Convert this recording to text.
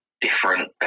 different